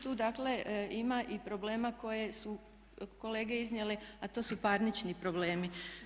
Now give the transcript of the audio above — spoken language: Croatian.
Tu dakle ima i problema koje su kolege iznijeli, a to su parnični problemi.